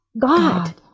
God